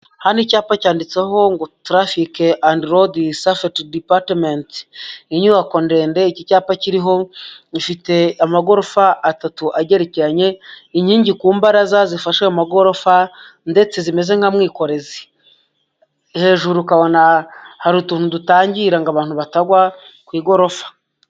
Hano icyapa cyanditseho ngo tarafike andi rodi safeti dipatimenti, iyi nyubako ndende iki cyapa kiriho ifite amagorofa atatu agerekeranye, inkingi ku mbaraza zifashe ayo magorofa ndetse zimeze nka mwikorezi, hejuru ukabona hari utuntu dutangira ngo abantu batagwa ku igorofa.